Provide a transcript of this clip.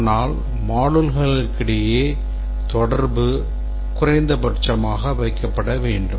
ஆனால் modulesகளுக்கிடையேயான தொடர்பு குறைந்தபட்சமாக வைக்கப்பட வேண்டும்